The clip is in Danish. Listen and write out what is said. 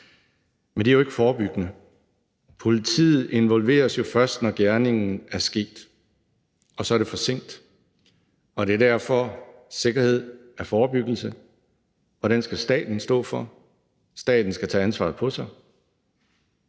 Men det er jo ikke forebyggende. Politiet involveres jo først, når gerningen er sket, og så er det for sent. Det er derfor, at sikkerhed er forebyggelse, og den skal staten stå for. Staten skal tage ansvaret på sig.